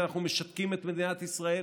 שאנחנו משתקים את מדינת ישראל,